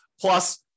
Plus